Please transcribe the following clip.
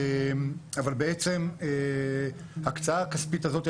אבל בעצם ההקצאה הכספית הזאת,